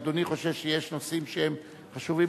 אם אדוני חושב שיש נושאים שהם חשובים,